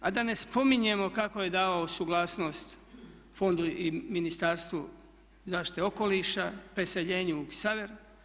A da ne spominjemo kako je davao suglasnost fondu i Ministarstvu zaštite okoliša, preseljenju u Ksaver.